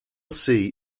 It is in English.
see